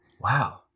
Wow